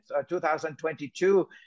2022